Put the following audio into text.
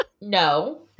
No